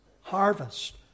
Harvest